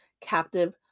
captive